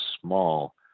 small